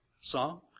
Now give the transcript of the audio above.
song